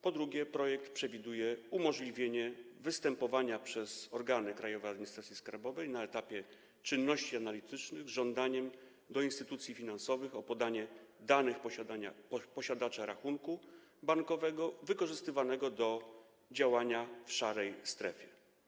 Po drugie, projekt przewiduje umożliwienie występowania przez organy Krajowej Administracji Skarbowej na etapie czynności analitycznych do instytucji finansowych z żądaniem dotyczącym podania danych posiadacza rachunku bankowego wykorzystywanego do działania w szarej strefie.